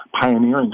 pioneering